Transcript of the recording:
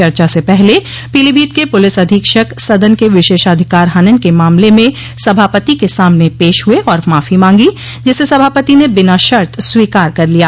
चर्चा से पहले पीलीभीत के पुलिस अधीक्षक सदन क विशेषाधिकार हनन के मामले में सभापति के सामने पेश हुए और माफी मांगी जिसे सभापति ने बिना शर्त स्वीकार कर लिया